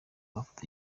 amafoto